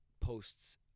posts